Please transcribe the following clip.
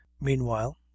meanwhile